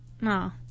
No